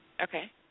Okay